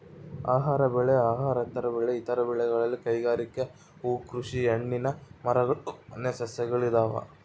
ಆಹಾರ ಬೆಳೆ ಅಹಾರೇತರ ಬೆಳೆ ಇತರ ಬೆಳೆಗಳಲ್ಲಿ ಕೈಗಾರಿಕೆ ಹೂಕೃಷಿ ಹಣ್ಣಿನ ಮರಗಳು ಮನೆ ಸಸ್ಯಗಳು ಇದಾವ